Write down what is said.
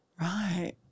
Right